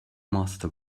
master